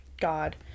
God